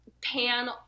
pan